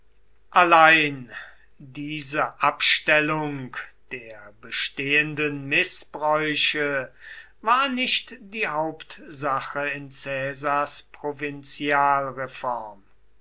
allein diese abstellung der bestehenden mißbräuche war nicht die hauptsache in